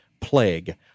Plague